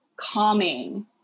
calming